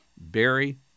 Barry